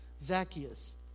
Zacchaeus